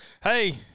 Hey